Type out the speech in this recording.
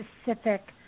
specific